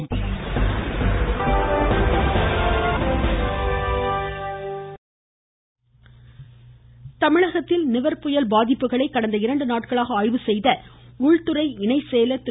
மத்திய குழு இதனிடையே தமிழகத்தில் நிவர் புயல் பாதிப்புகளை கடந்த இரண்டு நாட்களாக ஆய்வு செய்த உள்துறை இணை செயல் திரு